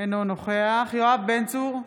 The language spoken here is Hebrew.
אינו נוכח יואב בן צור,